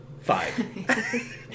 five